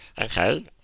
okay